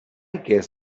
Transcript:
guess